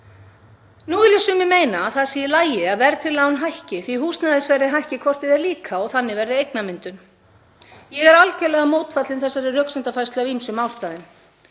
Nú vilja sumir meina að það sé í lagi að verðtryggð lán hækki því að húsnæðisverðið hækki hvort eð er líka og þannig verði eignamyndun. Ég er algjörlega mótfallin þessari röksemdafærslu af ýmsum ástæðum.